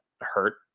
hurt